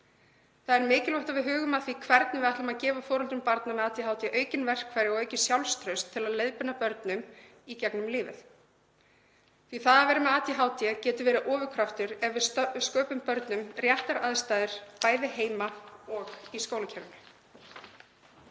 Það er mikilvægt að við hugum að því hvernig við ætlum að gefa foreldrum barna með ADHD aukin verkfæri og aukið sjálfstraust til að leiðbeina börnum í gegnum lífið því það að vera með ADHD getur verið ofurkraftur ef við sköpum börnum réttar aðstæður, bæði heima og í skólakerfinu.